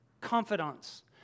confidants